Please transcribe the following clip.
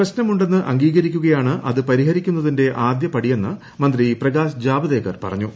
പ്രശ്നമുണ്ടെന്ന് അംഗീകരിക്കുകയാണ് അത് പരിഹരിക്കുന്നതിന്റെ ആദൃ പടിയെന്ന് മന്ത്രി പ്രകാശ് ജാവദേക്കർ പറഞ്ഞു